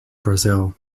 brazil